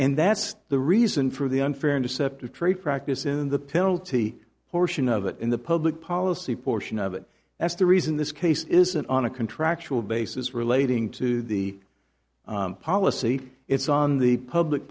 and that's the reason for the unfair and deceptive trade practice in the penalty portion of it in the public policy portion of it that's the reason this case isn't on a contractual basis relating to the policy it's on the public